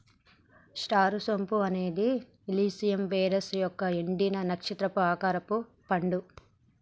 star సోంపు అనేది Illicium verum యొక్క ఎండిన, నక్షత్రం ఆకారపు పండు